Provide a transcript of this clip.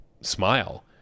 smile